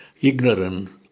ignorance